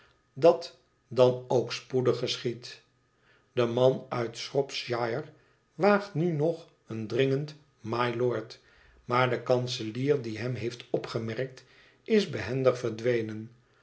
clat dan ook spoedig geschiedt de man uit shropshire waagt nu nog een dringend mylord maar de kanselier dié hem heeft opgemerkt is behendig verdwenen